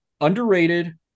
underrated